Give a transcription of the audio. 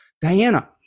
Diana